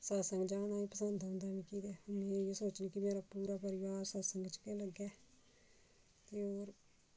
सतसंग जाना गै पसंद औंदा मिगी ते में इ'यै सोचनी कि में पूरा परिवार सतसंग च गै लग्गै ते होर